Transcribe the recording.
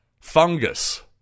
Fungus